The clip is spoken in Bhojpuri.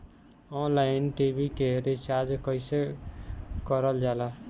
ऑनलाइन टी.वी के रिचार्ज कईसे करल जाला?